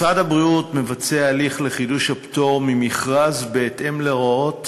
משרד הבריאות מבצע הליך לחידוש הפטור ממכרז בהתאם להוראות